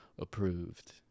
approved